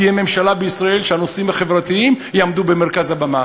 תהיה ממשלה בישראל שהנושאים החברתיים יעמדו אצלה במרכז הבמה.